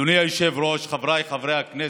אדוני היושב-ראש, חבריי חברי הכנסת,